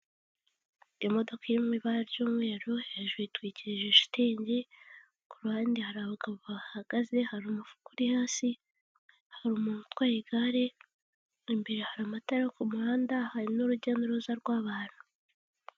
Imodoka irimo ibara ry'umweru hejuru yitwikije shitingi ku ruhande hari abagabo bahagaze, hari umufuka uri hasi, hari umuntu utwaye igare imbere hari amatara yo ku muhanda hari n'urujya n'uruza rw'abantu.